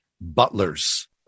butlers